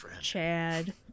Chad